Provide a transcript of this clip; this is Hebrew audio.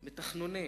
בתחנונים,